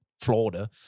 Florida